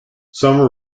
some